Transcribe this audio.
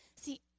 See